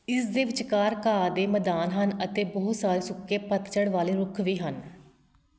ਇਸ ਦੇ ਵਿਚਕਾਰ ਘਾਹ ਦੇ ਮੈਦਾਨ ਹਨ ਅਤੇ ਬਹੁਤ ਸਾਰੇ ਸੁੱਕੇ ਪਤਝੜ ਵਾਲੇ ਰੁੱਖ ਵੀ ਹਨ